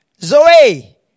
Zoe